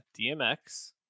DMX